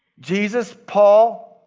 jesus, paul,